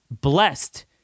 blessed